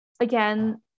Again